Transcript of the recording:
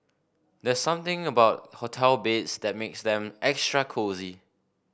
there's something about hotel beds that makes them extra cosy